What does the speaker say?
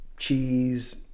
Cheese